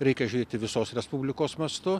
reikia žiūrėti visos respublikos mastu